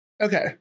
Okay